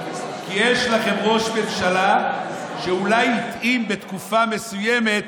כי יש לכם ראש ממשלה שאולי יתאים בתקופה מסוימת